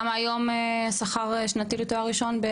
מה השכר השנתי היום לתואר ראשון?